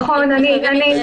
לילך וגנר תתייחס.